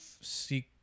seek